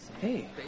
Hey